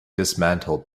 dismantled